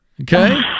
Okay